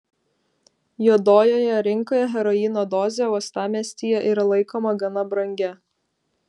juodojoje rinkoje heroino dozė uostamiestyje yra laikoma gana brangia